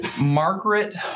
Margaret